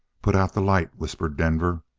put out the light! whispered denver.